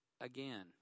again